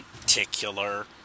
particular